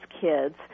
kids